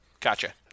Gotcha